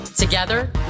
Together